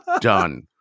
done